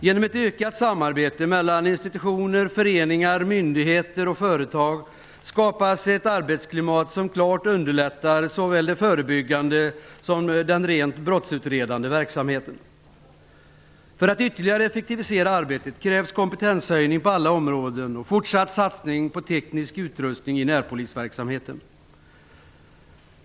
Genom ett ökat samarbete mellan institutioner, föreningar, myndigheter och företag skapas ett arbetsklimat som klart underlättar för såväl den förebyggande som den rent brottsutredande verksamheten. För att ytterligare effektivisera arbetet krävs kompetenshöjning på alla områden och fortsatt satsning på teknisk utrustning i närpolisverksamheten.